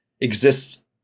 exists